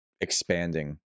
expanding